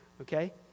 okay